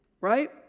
right